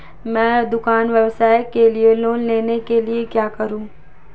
मैं दुकान व्यवसाय के लिए लोंन लेने के लिए क्या करूं?